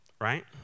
right